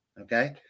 Okay